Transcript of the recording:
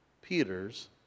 Peter's